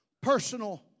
personal